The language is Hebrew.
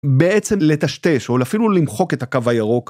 בעצם לטשטש או אפילו למחוק את הקו הירוק.